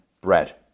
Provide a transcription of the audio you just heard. bread